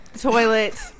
toilet